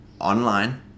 online